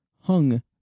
hung